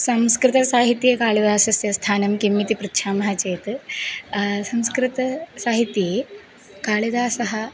संस्कृतसाहित्ये कालिदासस्य स्थानं किम् इति पृच्छामः चेत् संस्कृतसाहित्ये कालिदासः